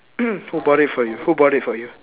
who bought it for you who bought it for you